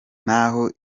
naho